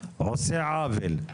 עושה עוול,